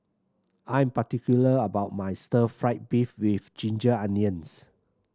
I am particular about my Stir Fry beef with ginger onions